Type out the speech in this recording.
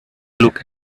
look